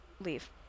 leave